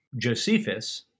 Josephus